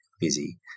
busy